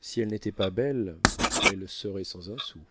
si elle n'était pas belle elle serait sans un sou